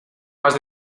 más